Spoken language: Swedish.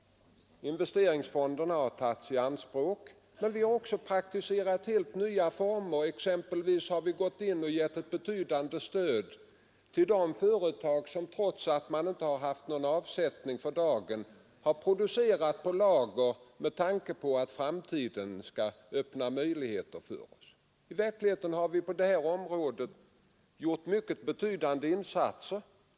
Investeringsfonderna har sålunda tagits i anspråk. Men vi har också praktiserat helt nya former. Vi har t.ex. givit ett betydande stöd för lageruppbyggnad i företag som för dagen inte haft någon avsättning. De har genom stödet kunnat producera på lager, i förhoppning om att möjligheterna skall bli bättre i framtiden. I verkligheten har vi på detta område gjort mycket betydande insatser.